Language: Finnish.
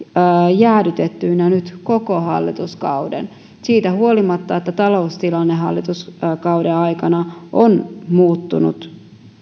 jäädytettyinä nyt koko hallituskauden siitä huolimatta että taloustilanne hallituskauden aikana on muuttunut